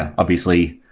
ah obviously,